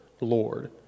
Lord